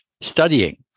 studying